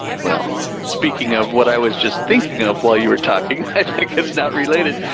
well, speaking of what i was just thinking of while you were talking. i think it's not related.